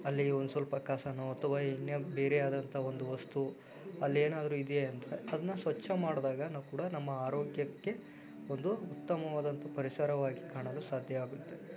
ಅಲ್ಲಿ ಒಂದು ಸ್ವಲ್ಪ ಕಸವೋ ಅಥವಾ ಇನ್ನು ಬೇರೆಯಾದಂಥ ಒಂದು ವಸ್ತು ಅಲ್ಲೇನಾದರೂ ಇದೆ ಅಂದರೆ ಅದನ್ನ ಸ್ವಚ್ಛ ಮಾಡಿದಾಗ ನಾವು ಕೂಡ ನಮ್ಮ ಆರೋಗ್ಯಕ್ಕೆ ಒಂದು ಉತ್ತಮವಾದಂಥ ಪರಿಸರವಾಗಿ ಕಾಣಲು ಸಾಧ್ಯವಾಗುತ್ತೆ